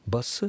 Bus